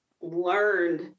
learned